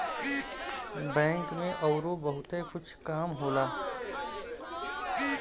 bank में अउरो बहुते कुछ काम होला